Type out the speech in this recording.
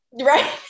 Right